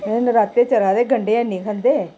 नराते चला दे गण्डें है नी खन्दे